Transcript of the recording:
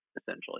essentially